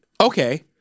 Okay